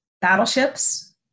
battleships